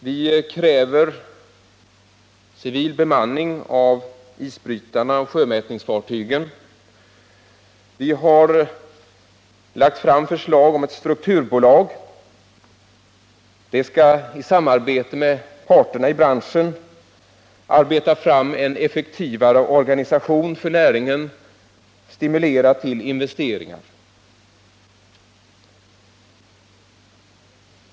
Vi kräver civil bemanning av isbrytarna och sjömätningsfartygen, och vi har föreslagit ett strukturbolag, som i samarbete med parterna i branschen skall arbeta fram en effektivare organisation för näringen och stimulera till investeringar.